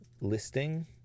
listing